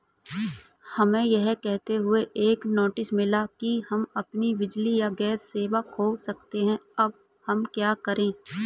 हमें यह कहते हुए एक नोटिस मिला कि हम अपनी बिजली या गैस सेवा खो सकते हैं अब हम क्या करें?